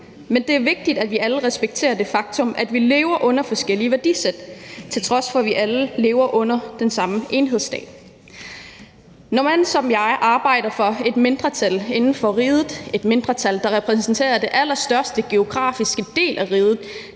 Men det er vigtigt, at vi alle respekterer det faktum, at vi lever under forskellige værdisæt, til trods for at vi alle lever under den samme enhedsstat. Når man som jeg arbejder for et mindretal inden for riget, et mindretal, der repræsenterer den allerstørste geografiske del af riget,